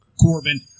Corbin